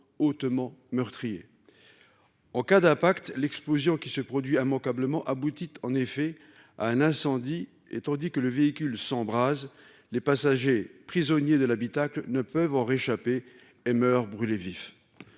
hautement meurtrier. En cas d'impact. L'explosion, qui se produit immanquablement aboutit en effet à un incendie et tandis que le véhicule s'embrase les passagers prisonnier de l'habitacle ne peuvent en réchapper et meurt brûlé vif.